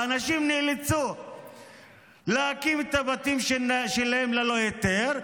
האנשים נאלצו להקים את הבתים שלהם ללא היתר,